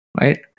right